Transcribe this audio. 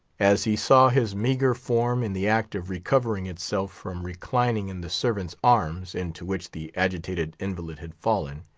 as he saw his meagre form in the act of recovering itself from reclining in the servant's arms, into which the agitated invalid had fallen,